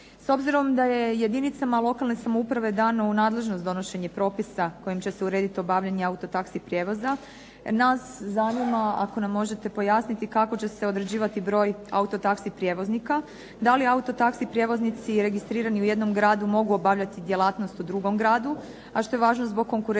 S obzirom da je jedinicama lokalne samouprave dano u nadležnost donošenje propisa kojim će se urediti obavljanje autotaksi prijevoza, nas zanima ako nam možete pojasniti kako će se određivati broj autotaksi prijevoznika. Da li autotaksi prijevoznici registrirani u jednom gradu mogu obavljati djelatnost u drugom gradu, a što je važno zbog konkurentnosti,